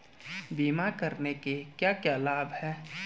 बीमा करने के क्या क्या लाभ हैं?